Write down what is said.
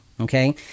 Okay